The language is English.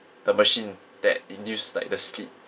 the machine that induced like the sleep